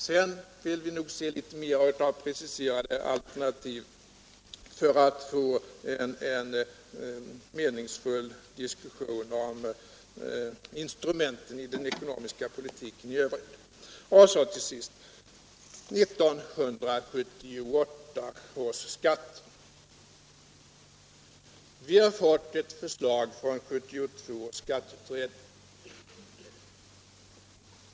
Vi vill nog se mer av preciserade alternativ för att få en meningsfull diskussion om instrumenten i den ekonomiska politiken i övrigt. Till sist 1978 års skatt. Vi har fått ett förslag från 1972 års skatteutredning.